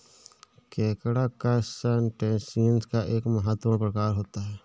केकड़ा करसटेशिंयस का एक महत्वपूर्ण प्रकार होता है